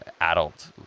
adult